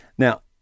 Now